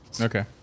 Okay